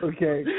Okay